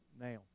now